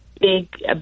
big